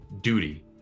duty